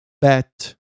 bet